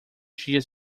dias